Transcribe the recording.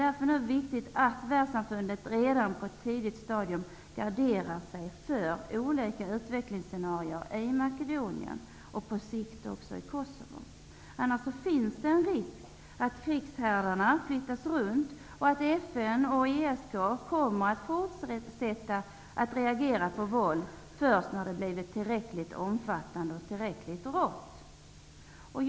Därför är det viktigt att världssamfundet nu redan på ett tidigt stadium garderar sig för olika utvecklingsscenarier i Makedonien och på sikt också i Kosovo. I annat fall finns det en risk att krigshärdarna flyttas runt och att FN och ESK kommer att fortsätta att reagera på våld först när det har blivit tillräckligt omfattande och tillräckligt rått.